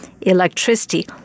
electricity